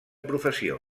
professió